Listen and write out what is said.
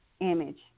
image